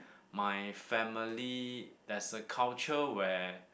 my family there's a culture where